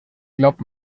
glaubt